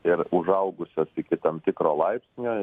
ir užaugusios iki tam tikro laipsnio